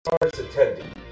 attending